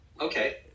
okay